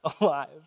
alive